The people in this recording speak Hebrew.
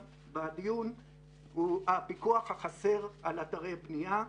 בדיון הוא הפיקוח החסר על אתרי בנייה.